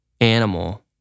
animal